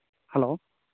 hello